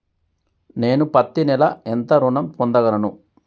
నేను పత్తి నెల ఎంత ఋణం పొందగలను?